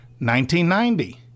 1990